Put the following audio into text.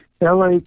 LA